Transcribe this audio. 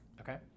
Okay